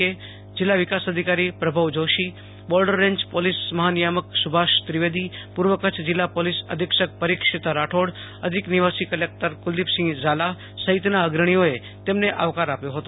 કે જીલ્લા વિકાસ અધિકારી Prabhav Joshi border range police મહાનિયામક સુભાષ ત્રિવેદી પૂર્વ કરછ જીલ્લાં પોલીસ અંધિક્ષક પ્રરિક્ષીતા રાઠોડ અધીક નિવાસી કલેકટર કુલદીપ્રસિંહ ઝાલા સહિતનાં અગ્રણીઓએ તેમને આવકારે આપ્યો હતો